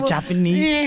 Japanese